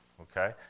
Okay